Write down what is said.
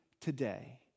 today